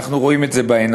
אנחנו רואים את זה בעיניים.